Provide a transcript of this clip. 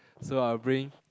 so I will bring